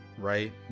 right